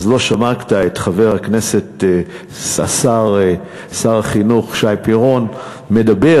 אז לא שמעת את שר החינוך שי פירון מדבר